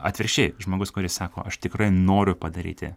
atvirkščiai žmogus kuris sako aš tikrai noriu padaryti